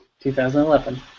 2011